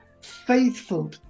faithful